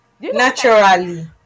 naturally